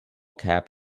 cap